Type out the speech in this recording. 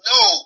no